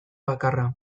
bakarra